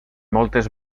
moltes